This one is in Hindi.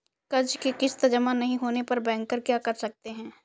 कर्ज कि किश्त जमा नहीं होने पर बैंकर क्या कर सकते हैं?